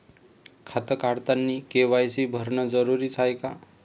खातं काढतानी के.वाय.सी भरनं जरुरीच हाय का?